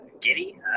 giddy